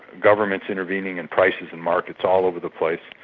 governments intervening in prices and markets all over the place.